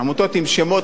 הכנסנו אותה מכיוון שראינו